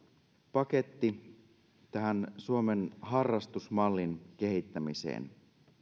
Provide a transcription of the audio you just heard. paketti suomen harrastusmallin kehittämiseen